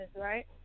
right